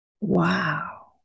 Wow